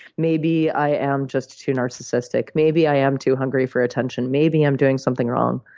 maybe i am just too narcissistic. maybe i am too hungry for attention. maybe i'm doing something wrong.